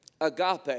agape